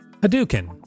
hadouken